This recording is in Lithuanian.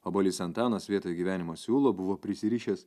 obuolys antanas vietoj gyvenimo siūlo buvo prisirišęs